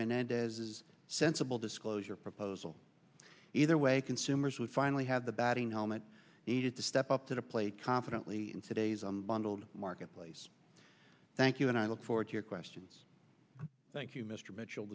menendez is a sensible disclosure proposal either way consumers would finally have the batting helmet needed to step up to the plate confidently in today's bundled market please thank you and i look forward to your questions thank you mr mitchell